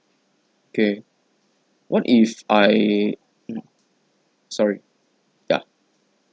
okay what if I mm sorry ya